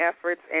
efforts